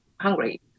hungry